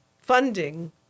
funding